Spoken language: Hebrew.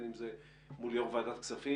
בין אם זה מול יושב ראש ועדת הכספים.